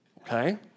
okay